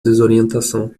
desorientação